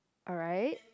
alright